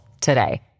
today